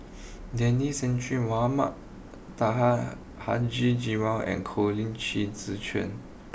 Denis Santry Mohamed Taha Haji Jamil and Colin Qi Zhe Quan